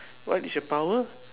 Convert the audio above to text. what is your power